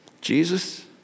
Jesus